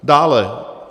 Dále.